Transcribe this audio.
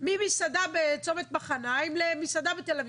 ממסעדה בצומת מחניים למסעדה בתל אביב.